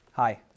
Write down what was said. Hi